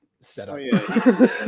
setup